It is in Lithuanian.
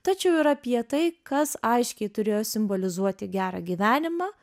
tačiau ir apie tai kas aiškiai turėjo simbolizuoti gerą gyvenimą